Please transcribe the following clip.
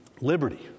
liberty